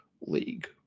league